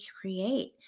create